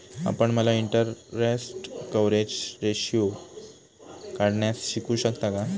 आपण मला interest coverage ratio काढण्यास शिकवू शकता का?